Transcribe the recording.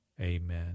Amen